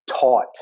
taught